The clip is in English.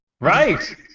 Right